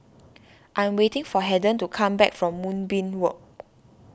I'm waiting for Haden to come back from Moonbeam Walk